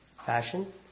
Fashion